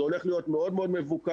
זה הולך להיות מאוד מאוד מבוקר,